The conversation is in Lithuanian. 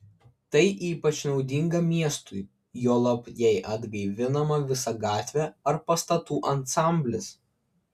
tai ypač naudinga miestui juolab jei atgaivinama visa gatvė ar pastatų ansamblis